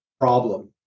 problem